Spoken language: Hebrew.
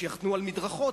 שיחנו על מדרכות,